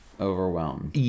overwhelmed